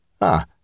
Ah